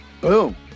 Boom